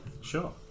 Sure